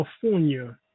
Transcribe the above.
California